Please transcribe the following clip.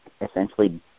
essentially